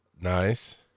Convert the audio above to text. Nice